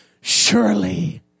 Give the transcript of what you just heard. Surely